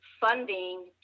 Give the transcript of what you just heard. funding